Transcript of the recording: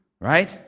Right